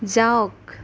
যাওক